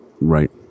Right